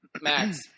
Max